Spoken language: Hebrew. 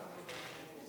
גברתי, אדוני